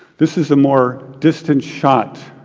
this is a more distant shot.